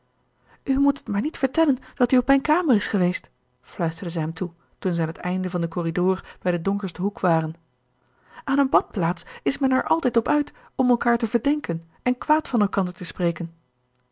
moet het maar niet vertellen dat u op mijn kamer is geweest fluisterde zij hem toe toen zij aan het einde van den corridor bij den donkersten hoek waren aan een badplaats is men er altijd op uit om elkaar te verdenken en kwaad van elkander te spreken